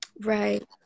right